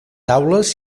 taules